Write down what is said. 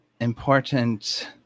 important